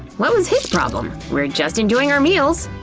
what was his problem? we're just enjoying our meals!